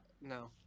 no